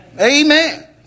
Amen